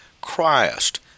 Christ